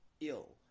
ill